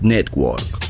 Network